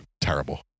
terrible